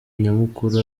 nyamukuru